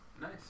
Nice